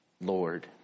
Lord